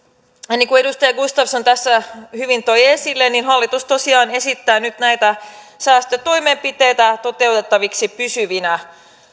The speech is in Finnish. niin kuin edustaja gustafsson tässä hyvin toi esille hallitus tosiaan esittää nyt näitä säästötoimenpiteitä toteutettaviksi pysyvinä